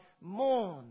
mourn